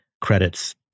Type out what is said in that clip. credits